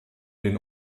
den